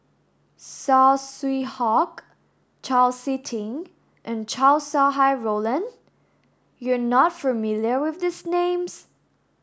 Saw Swee Hock Chau Sik Ting and Chow Sau Hai Roland you are not familiar with these names